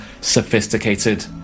sophisticated